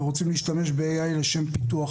ורוצים להשתמש ב-AI לשם פיתוח.